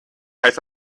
heißt